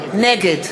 נגד